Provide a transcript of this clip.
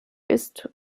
ist